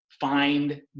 find